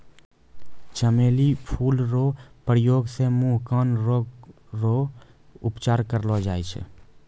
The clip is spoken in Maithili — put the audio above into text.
चमेली फूल रो प्रयोग से मुँह, कान रोग रो उपचार करलो जाय छै